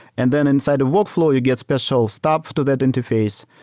and then inside of workflow, you get special stops to that interface,